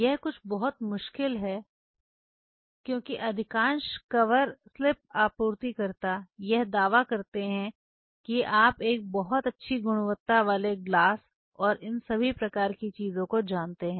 यह कुछ बहुत मुश्किल है क्योंकि अधिकांश कवर आपूर्तिकर्ता यह दावा करते हैं कि आप एक बहुत अच्छी गुणवत्ता वाले ग्लास और इन सभी प्रकार की चीजों को जानते हैं